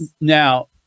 Now